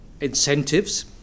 incentives